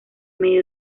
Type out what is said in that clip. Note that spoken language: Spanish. medio